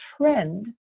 trend